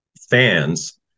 fans